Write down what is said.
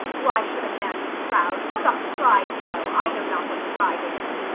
why should a man be proud? how doth pride grow? i know not what pride is.